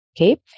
Okay